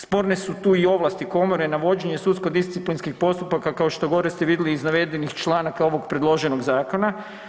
Sporne su tu i ovlasti komore, navođenje sudsko disciplinskih postupaka kao što gore ste vidli iz navedenih članaka ovog predloženog zakona.